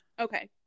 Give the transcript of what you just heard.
Okay